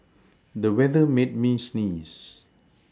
the weather made me sneeze